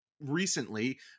recently